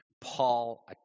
Paul